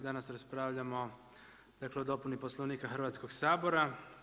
Danas raspravljamo dakle o dopuni Poslovnika Hrvatskog sabora.